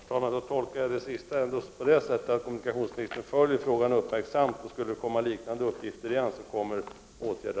Fru talman! Jag tolkar det sista så, att kommunikationsministern uppmärksamt följer frågan och att åtgärder kommer att vidtas om liknande uppgifter framkommer igen.